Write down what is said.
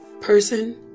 person